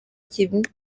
kimwe